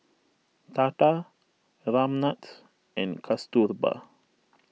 Tata Ramnath and Kasturba